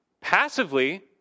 Passively